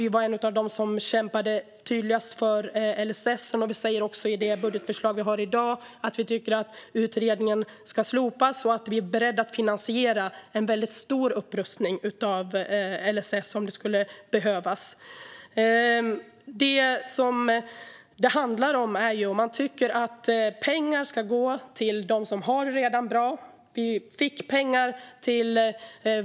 Vi var en av dem som tydligast kämpade för LSS, och vi säger också i det budgetförslag vi har i dag att vi tycker att utredningen ska slopas och att vi är beredda att finansiera en väldigt stor upprustning av LSS om det skulle behövas. Det som det handlar om är ju om man tycker att pengar ska gå till dem som redan har det bra.